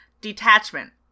Detachment